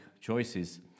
choices